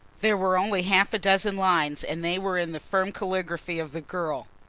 there were only half a dozen lines and they were in the firm caligraphy of the girl.